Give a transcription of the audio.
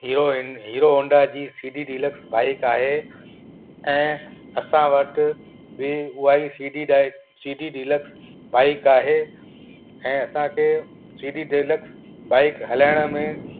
hero इन Hero Honda जी C D deluxe bike आहे ऐं असां वटि बि उहा ई सी डी डाए सी डी डीलक्स बाइक आहे ऐं असांखे सी डी डीलक्स बाइक हलाइण में